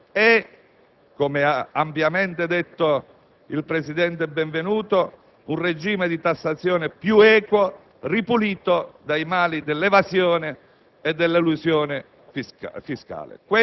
L'altro pilastro del risanamento è - come ha ampiamente annunciato il presidente Benvenuto - un regime di tassazione più equo e ripulito dai mali dell'evasione